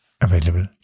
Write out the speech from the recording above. available